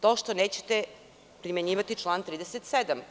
To što nećete primenjivati član 37.